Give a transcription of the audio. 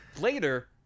later